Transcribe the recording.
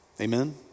Amen